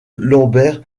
lambert